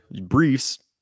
briefs